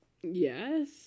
Yes